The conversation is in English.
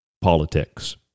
politics